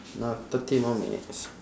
now thirty more minutes